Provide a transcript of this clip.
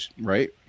right